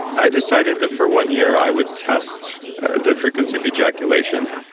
i decided that for one year, i would test the frequency of ejaculation.